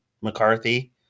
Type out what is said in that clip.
McCarthy